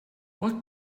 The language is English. what